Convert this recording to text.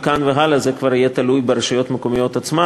מכאן והלאה זה כבר יהיה תלוי ברשויות המקומיות עצמן,